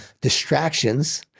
Distractions